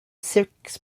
six